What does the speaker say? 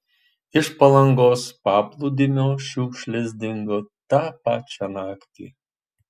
iš palangos paplūdimio šiukšlės dingo tą pačią naktį